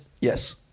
yes